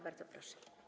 Bardzo proszę.